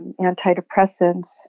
antidepressants